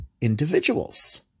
individuals